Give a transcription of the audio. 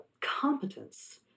competence